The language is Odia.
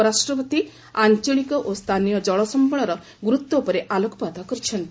ଉପରାଷ୍ଟ୍ରପତି ଆଞ୍ଚଳିକ ଓ ସ୍ଥାନୀୟ ଜଳ ସମ୍ପଳର ଗୁରୁତ୍ୱ ଉପରେ ଆଲୋକପାତ କରିଛନ୍ତି